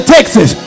Texas